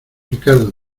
ricardo